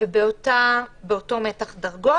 ובאותו מתח דרגות.